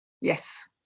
Yes